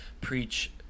preach